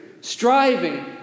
striving